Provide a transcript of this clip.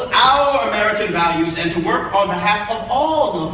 our american values and to work on behalf of all